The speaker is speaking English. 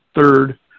third